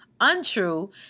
untrue